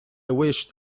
wished